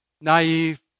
naive